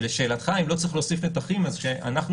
ולשאלתך אם לא צריך להוסיף נתחים אז אנחנו